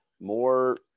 more